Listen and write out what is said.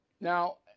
Now